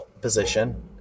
position